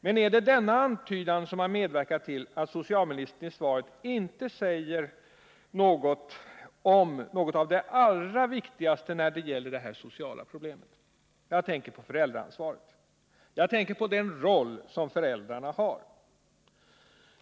Men är det denna antydan som har medverkat till att socialministern i svaret inte säger någonting om något av det allra viktigaste när det gäller detta sociala problem, nämligen föräldraansvaret? Jag tänker på den roll som föräldrar har.